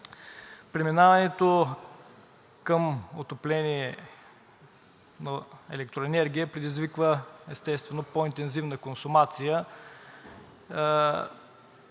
Преминаването към отопление на електроенергия предизвиква, естествено, по-интензивна консумация